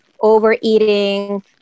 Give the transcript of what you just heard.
overeating